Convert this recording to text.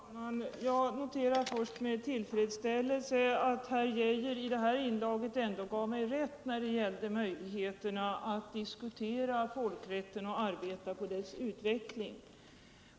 Herr talman! Jag noterar först med tillfredsställelse att herr Arne Geijer i Stockholm i sitt senaste inlägg ändå gav mig rätt när det gällde möjligheterna att diskutera folkrätten och arbeta på dess utveckling.